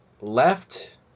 left